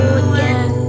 again